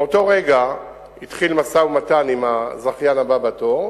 מאותו רגע התחיל משא-ומתן עם הזכיין הבא בתור,